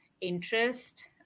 interest